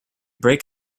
break